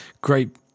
great